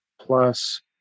plus